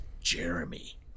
Jeremy